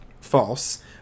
false